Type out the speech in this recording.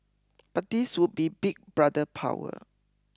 but this would be Big Brother power